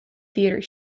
theatre